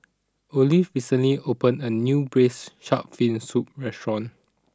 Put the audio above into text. Olaf recently opened a new Braised Shark Fin Soup restaurant